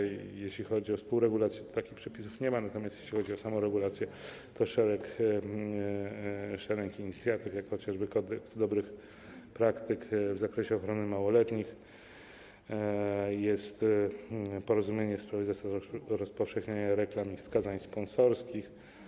Jeśli chodzi o współregulację, to takich przepisów nie ma, natomiast jeśli chodzi o samoregulację, to jest szereg inicjatyw jak chociażby z dobrych praktyk w zakresie ochrony małoletnich, jest porozumienie w sprawie zasad rozpowszechniania reklam i wskazań sponsorskich.